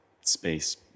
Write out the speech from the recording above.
space